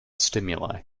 stimuli